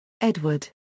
Edward